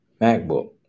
MacBook